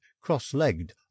cross-legged